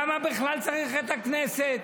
למה בכלל צריך את הכנסת?